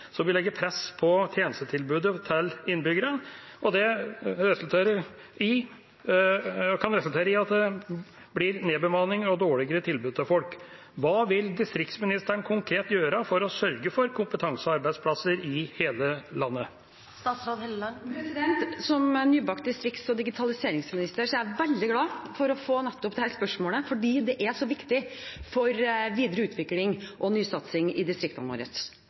som vil legge press på tjenestetilbudet til innbyggerne, der resultatet kan bli nedbemanning og dårligere tilbud til folk. Hva vil statsråden konkret gjøre for å sørge for kompetansearbeidsplasser i hele landet?» Som nybakt distrikts- og digitaliseringsminister er jeg veldig glad for å få nettopp dette spørsmålet, fordi det er så viktig for videre utvikling og nysatsing i distriktene våre.